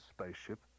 spaceship